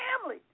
family